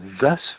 thus